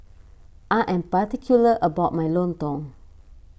I am particular about my Lontong